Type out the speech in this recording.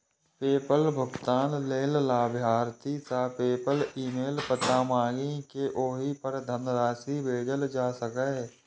PayPal भुगतान लेल लाभार्थी सं पेपल ईमेल पता मांगि कें ओहि पर धनराशि भेजल जा सकैए